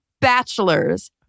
bachelor's